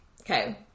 okay